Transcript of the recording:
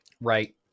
Right